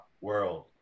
world